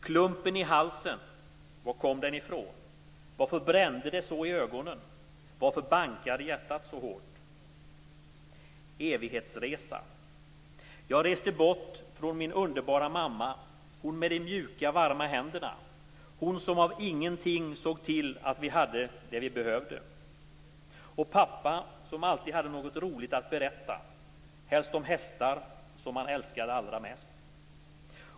Klumpen i halsen, var kom den ifrån? Varför brände det så i ögonen, varför bankade hjärtat så hårt? Evighetsresa. Jag reste bort ifrån min underbara mamma, hon med de mjuka varma händerna, hon som av ingenting såg till att vi hade vad vi behövde! Och pappa, som alltid hade något roligt att berätta, helst om hästar, som han älskade allra mest.